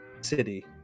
city